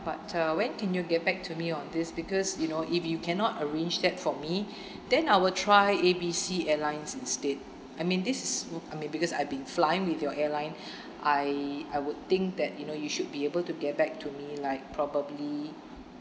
but uh when can you get back to me on this because you know if you cannot arrange that for me then I will try A B C airlines instead I mean this is wel~ mean because I've been flying with your airline I I would think that you know you should be able to get back to me like probably